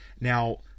Now